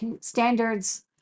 Standards